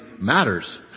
matters